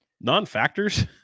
non-factors